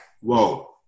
whoa